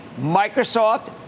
Microsoft